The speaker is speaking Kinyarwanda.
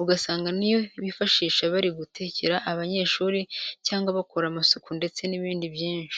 ugasanga ni yo bifashisha bari gutekera abanyeshuri cyangwa bakora amasuku ndetse n'ibindi byinshi.